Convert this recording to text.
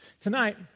Tonight